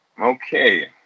Okay